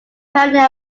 pioneer